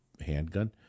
handgun